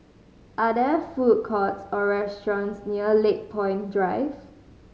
are there food courts or restaurants near Lakepoint Drive